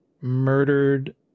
murdered